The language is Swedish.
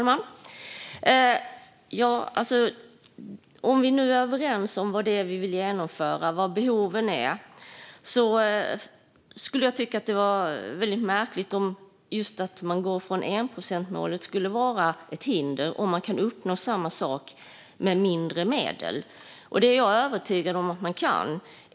Fru talman! Om vi nu är överens om vad det är som vi vill genomföra och vilka behoven är tycker jag att det är märkligt att just frångåendet av enprocentsmålet skulle vara ett hinder om samma sak kan uppnås med mindre medel. Jag är övertygad om att man kan det.